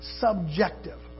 subjective